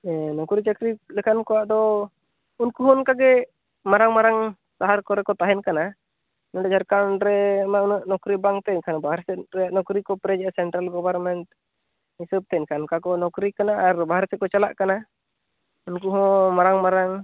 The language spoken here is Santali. ᱱᱚᱠᱨᱤ ᱪᱟᱹᱠᱨᱤ ᱞᱮᱠᱟᱱ ᱠᱚᱣᱟᱜ ᱫᱚ ᱩᱱᱠᱩ ᱦᱚᱸ ᱚᱱᱠᱟᱜᱮ ᱢᱟᱨᱟᱝ ᱢᱟᱨᱟᱝ ᱥᱟᱦᱟᱨ ᱠᱚᱨᱮ ᱠᱚ ᱛᱟᱦᱮᱱ ᱠᱟᱱᱟ ᱱᱚᱸᱰᱮ ᱡᱷᱟᱲᱠᱷᱚᱱᱰ ᱨᱮᱢᱟ ᱩᱱᱟᱹᱜ ᱱᱚᱠᱨᱤ ᱵᱟᱝ ᱛᱮ ᱮᱱᱠᱷᱟᱱ ᱵᱟᱨᱦᱮᱥᱮᱱᱨᱮ ᱱᱚᱠᱨᱤ ᱠᱚ ᱯᱮᱨᱮᱡᱮᱫᱼᱟ ᱥᱮᱱᱴᱨᱟᱞ ᱜᱚᱵᱷᱚᱨᱢᱮᱱᱴ ᱦᱤᱥᱟᱹᱵ ᱛᱮ ᱮᱱᱠᱷᱟᱱ ᱱᱚᱝᱠᱟ ᱠᱚ ᱱᱚᱠᱨᱤ ᱠᱟᱱᱟ ᱟᱨ ᱵᱟᱨᱦᱮᱥᱮᱫ ᱠᱚ ᱪᱟᱞᱟᱜ ᱠᱟᱱᱟ ᱩᱱᱠᱩ ᱦᱚᱸ ᱢᱟᱨᱟᱝ ᱢᱟᱨᱟᱝ